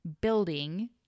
building